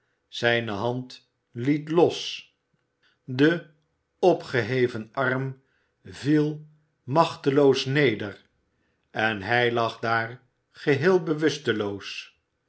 zijne hand liet los de opgeheven arm viel machteloos neder en hij lag daar geheel bewusteloos